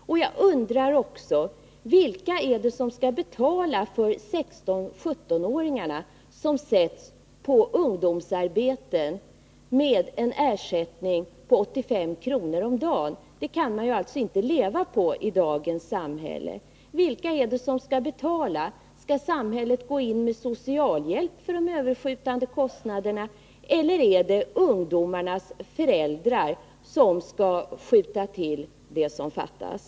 Jag undrar också vilka det är som skall betala för 16-17-åringarna, som sätts på ungdomsarbete med en ersättning på 85 kr. om dagen. Det kan man inte leva på i dagens samhälle. Vilka är det som skall betala? Skall samhället gå in med socialhjälp för de överskjutande kostnaderna, eller är det ungdomarnas föräldrar som skall skjuta till det som fattas?